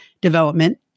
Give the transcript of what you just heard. development